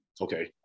Okay